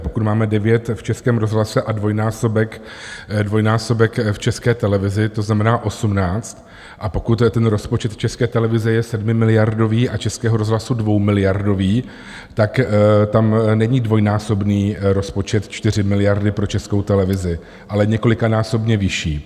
Pokud máme 9 v Českém rozhlase a dvojnásobek v České televizi, to znamená 18, a pokud ten rozpočet České televize je sedmimiliardový a Českého rozhlasu dvoumiliardový, tak tam není dvojnásobný rozpočet 4 miliardy pro Českou televizi, ale několikanásobně vyšší.